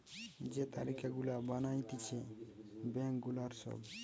যে তালিকা গুলা বানাতিছে ব্যাঙ্ক গুলার সব